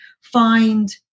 find